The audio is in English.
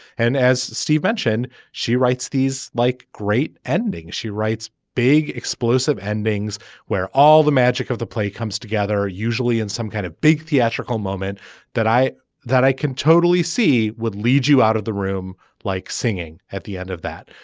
and as steve mentioned she writes these like great ending. she writes big explosive endings where all the magic of the play comes together usually in some kind of big theatrical moment that i that i can totally see would lead you out of the room like singing at the end of that.